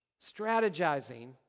strategizing